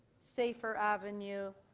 safer avenue,